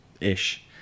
ish